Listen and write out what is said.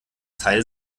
teil